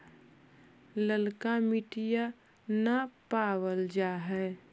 ललका मिटीया न पाबल जा है?